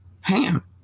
ham